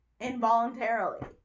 involuntarily